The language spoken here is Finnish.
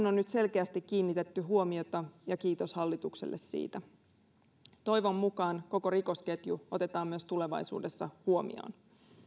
on nyt selkeästi kiinnitetty huomiota ja kiitos hallitukselle siitä toivon mukaan koko rikosketju otetaan myös tulevaisuudessa huomioon